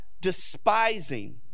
despising